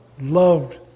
loved